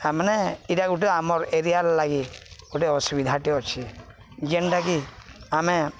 ଆମାନେ ଏଇଟା ଗୋଟେ ଆମର୍ ଏରିଆର ଲାଗି ଗୋଟେ ଅସୁବିଧାଟି ଅଛି ଯେନ୍ଟାକି ଆମେ